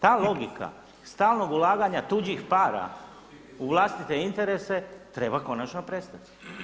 Ta logika stalnog ulaganja tuđih para u vlastite interese treba konačno prestati.